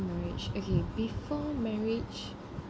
marriage okay before marriage